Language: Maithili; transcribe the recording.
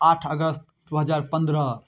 आठ अगस्त दुइ हजार पनरह